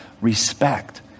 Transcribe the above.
respect